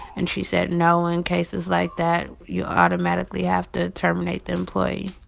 and she said, no, in cases like that, you automatically have to terminate the employee.